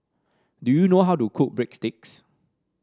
do you know how to cook Breadsticks